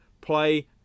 play